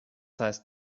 heißt